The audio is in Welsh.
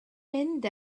mynd